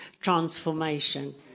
transformation